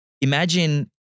Imagine